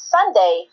Sunday